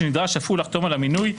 שנדרש אף הוא לחתום על המינוי,